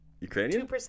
Ukrainian